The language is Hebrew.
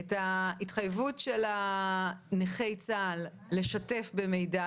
ההתחייבותשאל נכי צה"ל לשתף במידע,